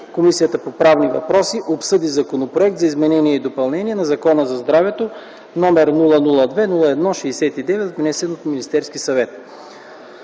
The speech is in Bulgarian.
Комисията по правни въпроси обсъди Законопроект за изменение и допълнение на Закона за здравето, № 002-01-69, внесен от Министерски съвет.